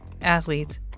athletes